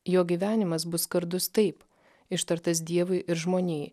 jo gyvenimas bus skardus taip ištartas dievui ir žmonijai